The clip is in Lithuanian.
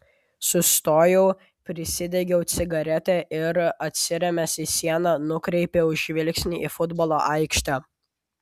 sustojau prisidegiau cigaretę ir atsirėmęs į sieną nukreipiau žvilgsnį į futbolo aikštę